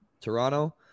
Toronto